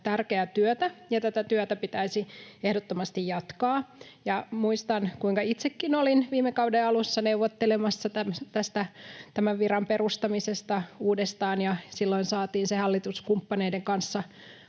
tärkeää työtä, ja tätä työtä pitäisi ehdottomasti jatkaa. Muistan, kuinka itsekin olin viime kauden alussa neuvottelemassa tämän viran perustamisesta uudestaan. Silloin saatiin se hallituskumppaneiden kanssa